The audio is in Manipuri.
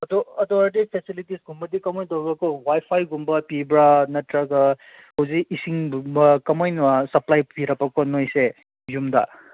ꯑꯗꯨ ꯑꯗꯨ ꯑꯣꯏꯔꯗꯤ ꯐꯦꯁꯤꯂꯤꯇꯤꯁ ꯀꯨꯝꯕꯗꯤ ꯀꯃꯥꯏꯅ ꯇꯧꯔꯒ ꯀꯣ ꯋꯥꯏꯐꯥꯏꯒꯨꯝꯕ ꯄꯤꯕ꯭ꯔꯥ ꯅꯠꯇ꯭ꯔꯒ ꯍꯧꯖꯤꯛ ꯏꯁꯤꯡꯒꯨꯝꯕ ꯀꯃꯥꯏꯅ ꯁꯄ꯭ꯂꯥꯏ ꯄꯤꯔꯕꯀꯣ ꯅꯣꯏꯁꯦ ꯌꯨꯝꯗ